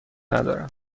ندارم